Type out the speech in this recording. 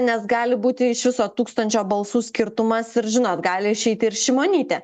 nes gali būti iš viso tūkstančio balsų skirtumas ir žinot gali išeit ir šimonytė